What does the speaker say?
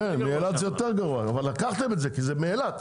מאילת זה יותר גרוע אבל לקחתם את זה כי זה מאילת.